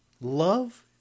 Love